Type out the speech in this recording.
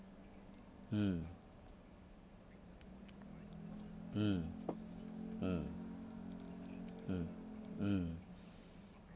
mm mm mm mm mm